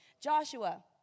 Joshua